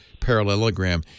parallelogram